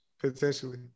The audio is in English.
Potentially